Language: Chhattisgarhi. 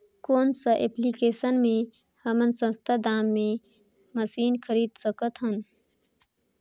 कौन सा एप्लिकेशन मे हमन सस्ता दाम मे मशीन खरीद सकत हन?